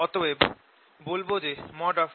অতএব বলবো যে Einduced